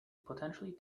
potentially